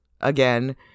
again